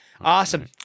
awesome